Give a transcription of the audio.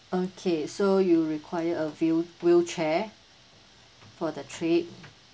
okay so you require a wheel wheelchair for the trip